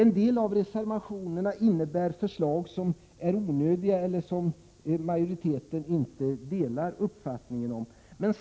Några av reservationerna innebär förslag som är 28 april 1988 onödiga eller där majoriteten inte delar reservanternas uppfattning.